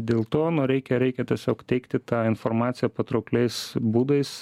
dėl to nu reikia reikia tiesiog teikti tą informaciją patraukliais būdais